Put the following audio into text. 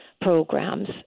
programs